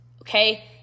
okay